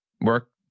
work